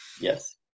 Yes